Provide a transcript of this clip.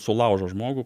sulaužo žmogų